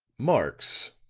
marx,